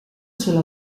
sulla